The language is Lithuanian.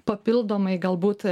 papildomai galbūt